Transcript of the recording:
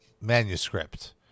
manuscript